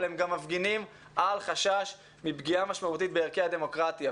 אבל הם גם מפגינים על חשש מפגיעה משמעותית בערכי הדמוקרטיה.